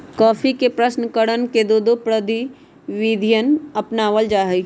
coffee के प्रशन करण के दो प्रविधियन अपनावल जा हई